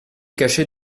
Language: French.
cachée